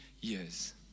years